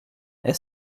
est